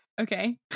Okay